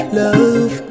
love